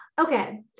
Okay